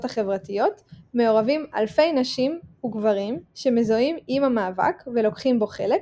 החברתיות מעורבים אלפי נשים וגברים שמזוהים עם המאבק ולוקחים בו חלק,